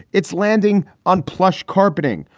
it's landing on plush carpeting.